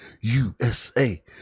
USA